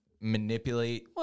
manipulate